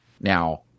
Now